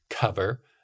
cover